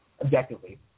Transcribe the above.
objectively